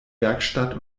werkstatt